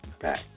back